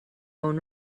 own